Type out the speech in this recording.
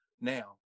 now